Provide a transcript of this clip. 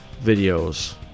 videos